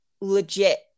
legit